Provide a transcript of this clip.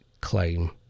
claim